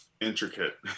intricate